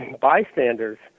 bystanders